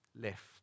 left